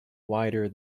wider